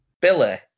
Billy